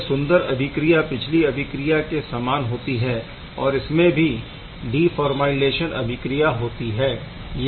यह सुंदर अभिक्रिया पिछली अभिक्रिया के समान होती है और इसमे भी डीफॉरमाइलेशन अभिक्रिया होती है